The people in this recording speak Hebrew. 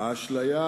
האשליה